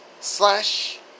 slash